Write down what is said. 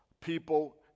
people